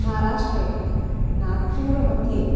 महाराष्ट्रे नागपुरमध्ये